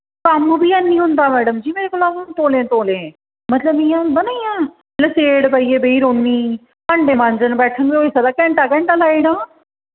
कम्म बी हैन्नी होंदा मैडम जी मेरे कोला हून तौले तौले मतलब इ'यां होंदा ना इ'यां लसेड़ पाइयै बेही रौह्न्नीं भांडे मांजन बैठां ते होई सकदा घैंटा घैंटा लाई ओड़ां